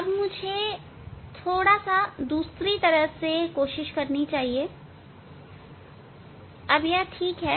अब मुझे थोड़ा दूसरी तरह से जाना चाहिए अब यह ठीक है